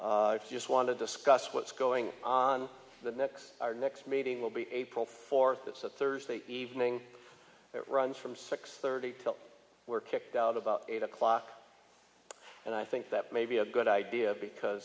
questions just want to discuss what's going on the next our next meeting will be april fourth that's a thursday evening runs from six thirty were kicked out about eight o'clock and i think that may be a good idea because